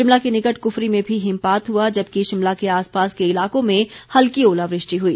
शिमला के निकट कुफरी में भी हिमपात हुआ जबकि शिमला के आसपास के इलाकों में हल्की ओलावृष्टि हुई